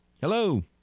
Hello